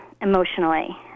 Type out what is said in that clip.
emotionally